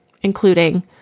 including